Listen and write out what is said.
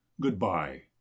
goodbye